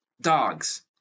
dogs